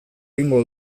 egingo